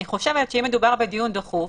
אני חושבת שאם מדובר בדיון דחוף,